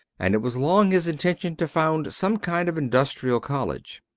and it was long his intention to found some kind of industrial college.